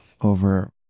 Over